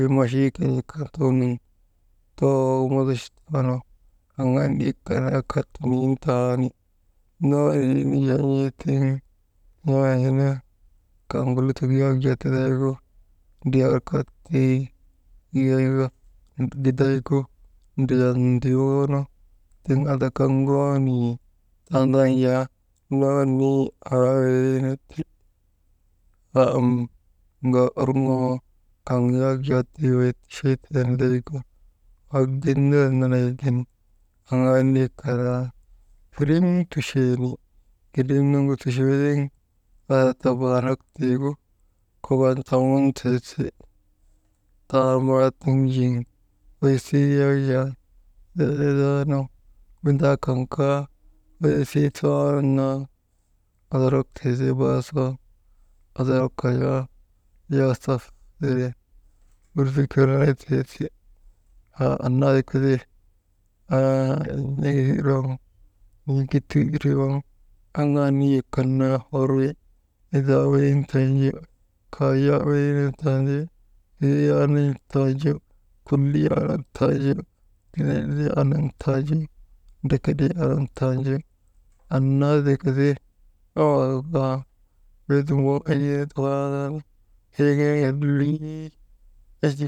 Kay machuu kelee kantuu nun too wondoch anda aŋaa niyek kan naa ka tonon tani noniinu jaa n̰ee tiŋ kaŋgu lutok yak tidaygu, «Hesitation» gidaygu ndriyan nduyoonu tiŋ andaka ŋooniii tandan jaa noonii aa iriinu ti, ŋaa orŋoo kan yak jaa wey ticheytee nidaygu, wagin ner nanaygin aŋaa niyek kan naa girm tuchee ni girim nugu tuchootiŋ haa tabaanak tiigu, kokon tamuntee ti taamaa tiŋ jiŋ kosii yak jaa lel nindaanu windaa kan kaa wenisii toonun naa awarak tise baasu ondorok ka jaa jaasaf sire firfikirnetee ti, haa annaa wika ti «Hesitation» aŋaa niyek kan naa horwi, indaa wenin tanju kaya wenin tanju, n̰iliyaa nun tanju kuliyaa nun tanju, n̰iliyaa nun tanju, ndrekeliyaa nun tanju, annaa tika ti wol kaa beedum waŋ en̰ii waanaanu, lolii.